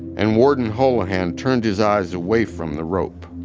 and warden holohan turned his eyes away from the rope.